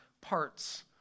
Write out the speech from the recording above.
parts